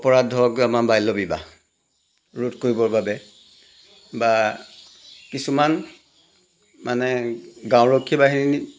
আপৰাধ ধৰক আমাৰ বাল্যবিবাহ ৰোধ কৰিবৰ বাবে বা কিছুমান মানে গাঁওৰক্ষী বাহিনী